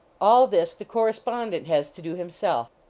all this the correspondent has to do himself.